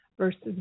Versus